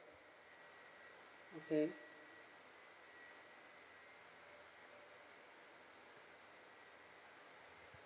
okay